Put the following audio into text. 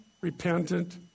repentant